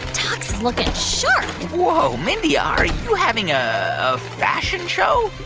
tux is looking sharp whoa. mindy, are you having a ah fashion show?